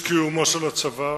הצבא